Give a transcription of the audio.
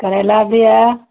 करैला भी है